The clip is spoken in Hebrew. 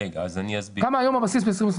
כמה היום הבסיס ל-2021?